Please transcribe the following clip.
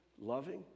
loving